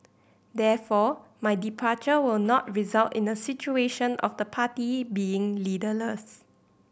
therefore my departure will not result in a situation of the party being leaderless